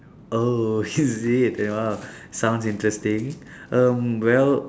oh is it !wah! sounds interesting um well